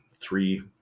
three